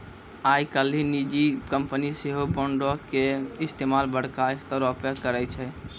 आइ काल्हि निजी कंपनी सेहो बांडो के इस्तेमाल बड़का स्तरो पे करै छै